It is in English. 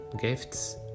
gifts